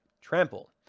Trample